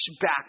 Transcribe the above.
back